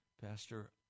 Pastor